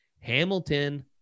Hamilton